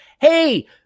Hey